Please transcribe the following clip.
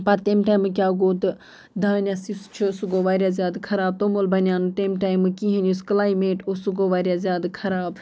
پَتہٕ تمہِ ٹایمہٕ کیٛاہ گوٚو تہٕ دانٮ۪س یُس چھُ سُہ گوٚو واریاہ زیادٕ خراب توٚمُل بَنیوو نہٕ تمہِ ٹایمہٕ کِہیٖنٛۍ یُس کٕلایمیٹ اوس سُہ گوٚو واریاہ زیادٕ خراب